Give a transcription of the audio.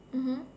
mmhmm